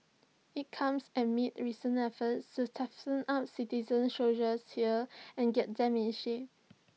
IT comes amid recent efforts to up citizen soldiers here and get them in shape